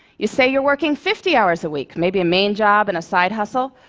you say you're working fifty hours a week, maybe a main job and a side hustle.